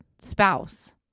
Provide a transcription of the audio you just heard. spouse